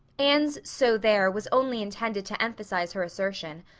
anne's so there was only intended to emphasize her assertion,